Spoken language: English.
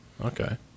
Okay